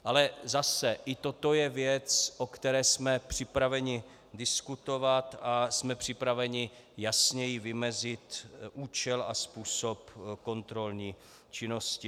Ale zase, i toto je věc, o které jsme připraveni diskutovat, a jsme připraveni jasněji vymezit účel a způsob kontrolní činnosti.